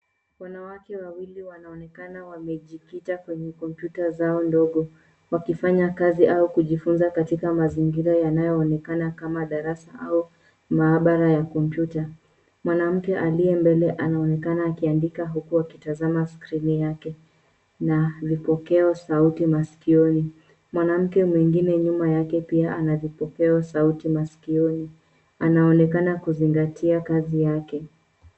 Wanawake wawili wanaonekana wamejikita kwenye kompyuta zao ndogo wakifanya kazi au kujifunza katika mazingira yanayoonekana kama darasa au maabara ya kompyuta. Mwanamke aliye mbele anaonekana akiandika huku akitazama skrini yake na vipokeo sauti masikioni. Mwanamke mwingine nyuma yake pia ana viopokeo sauti masikioni. Anaonekana kuzingatia kazi yake.